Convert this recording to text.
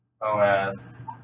OS